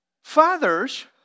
Fathers